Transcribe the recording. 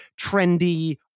trendy